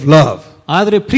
love